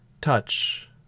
touch